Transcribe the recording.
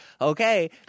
okay